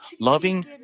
loving